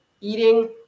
eating